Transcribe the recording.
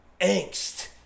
angst